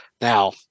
now